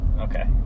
Okay